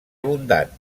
abundant